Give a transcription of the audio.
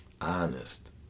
honest